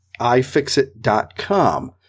ifixit.com